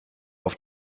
auf